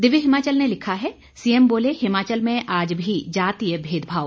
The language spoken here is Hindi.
दिव्य हिमाचल ने लिखा है सीएम बोले हिमाचल में आज भी जातिय भेदभाव